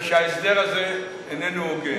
ושההסדר הזה איננו הוגן.